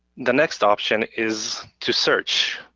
the next option is to search.